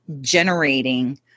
generating